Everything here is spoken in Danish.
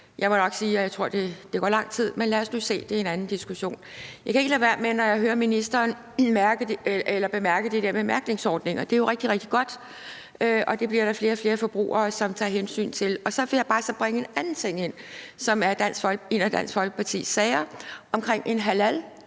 jeg tror, at der går lang tid, men lad os nu se. Det er en anden diskussion. Når jeg hører ministeren, kan jeg ikke lade være med at bemærke det der med mærkningsordninger. Det er jo rigtig, rigtig godt, og det bliver der flere og flere forbrugere der tager hensyn til. Så vil jeg bare bringe en anden ting ind, som er en af Dansk Folkepartis mærkesager, nemlig en